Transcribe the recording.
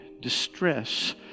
distress